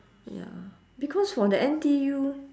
ya because for the N_T_U